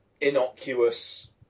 innocuous